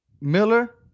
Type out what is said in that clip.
Miller